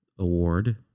award